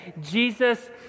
Jesus